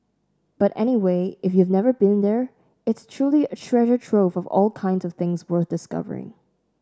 but anyway if you've never been there it's truly a treasure trove of all kinds of things worth discovering